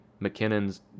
McKinnon's